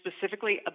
specifically